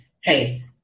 Hey